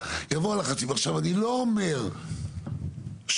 אני הולך לתפיסה הכללית של מה